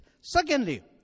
Secondly